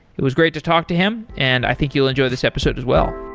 it was great to talk to him and i think you'll enjoy this episode as well